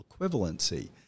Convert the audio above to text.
equivalency